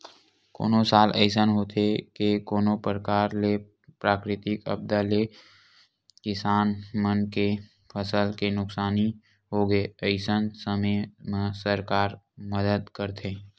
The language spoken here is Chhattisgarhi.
कोनो साल अइसन होथे के कोनो परकार ले प्राकृतिक आपदा ले किसान मन के फसल के नुकसानी होगे अइसन समे म सरकार मदद करथे